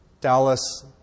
Dallas